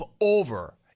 over